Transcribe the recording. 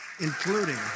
including